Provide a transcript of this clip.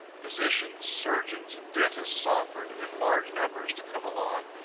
physicians, surgeons, and dentists offered in large numbers to come along,